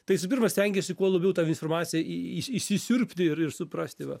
tai visų pirma stengiesi kuo labiau tą informaciją į į įsisiurbti ir ir suprasti va